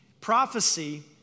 Prophecy